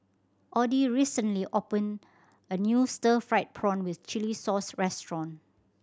Audy recently opene a new stir fried prawn with chili sauce restaurant